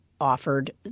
offered